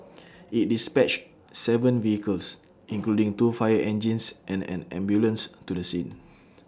IT dispatched Seven vehicles including two fire engines and an ambulance to the scene